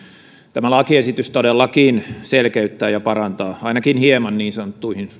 tämä lakiesitys todellakin selkeyttää ja parantaa ainakin hieman niin sanottuja